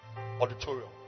auditorium